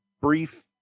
brief